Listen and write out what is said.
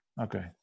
Okay